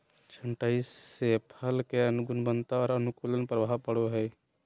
छंटाई से फल के गुणवत्ता पर अनुकूल प्रभाव पड़ो हइ